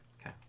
Okay